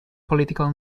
political